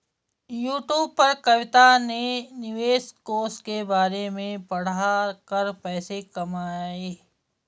YouTube पर कविता ने निवेश कोष के बारे में पढ़ा कर पैसे कमाए